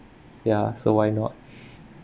ya so why not